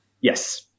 Yes